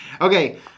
Okay